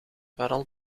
vooral